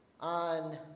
on